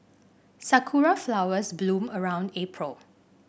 Sakura flowers bloom around April